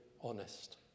honest